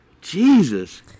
Jesus